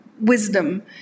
wisdom